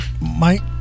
Mike